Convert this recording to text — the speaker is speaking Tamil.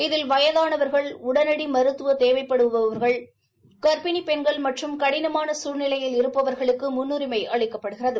இதில் வயதாளாகள் உடனடி மருத்துவ தேவைப்படுபவா்கள் காப்பிணி பெண்கள் மற்றும் கடினமான சூழ்நிலையில் இருப்பவர்களுக்கு முன்னுரிமை அளிக்கப்படுகிறது